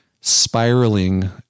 spiraling